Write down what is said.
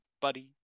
buddy